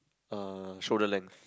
uh shoulder length